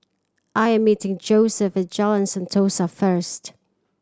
I'm meeting Joesph Jalan Sentosa first